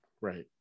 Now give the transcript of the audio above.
right